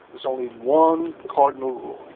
there's only one cardinal rule.